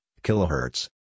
kilohertz